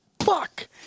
fuck